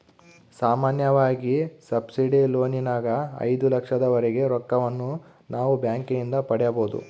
ಸಾಮಾನ್ಯವಾಗಿ ಸಬ್ಸಿಡಿ ಲೋನಿನಗ ಐದು ಲಕ್ಷದವರೆಗೆ ರೊಕ್ಕವನ್ನು ನಾವು ಬ್ಯಾಂಕಿನಿಂದ ಪಡೆಯಬೊದು